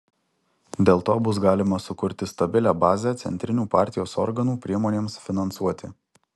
dėl to bus galima sukurti stabilią bazę centrinių partijos organų priemonėms finansuoti